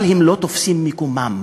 אבל הם לא תופסים את מקומם,